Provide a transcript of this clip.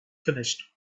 finished